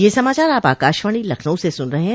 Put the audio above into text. ब्रे क यह समाचार आप आकाशवाणी लखनऊ से सुन रहे हैं